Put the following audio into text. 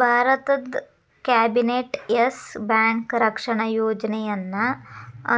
ಭಾರತದ್ cabinet Yes Bank ರಕ್ಷಣಾ ಯೋಜನೆಯನ್ನ